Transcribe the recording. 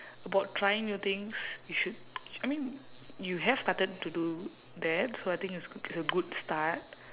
about trying new things you should I mean you have started to do that so I think it's it's a good start